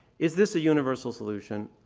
is this a universal solution?